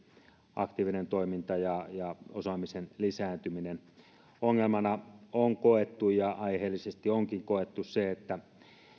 aktiivinen toiminta ja ja osaamisen lisääntyminen ongelmana on koettu ja aiheellisesti onkin koettu se että